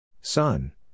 Son